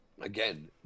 again